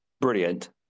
brilliant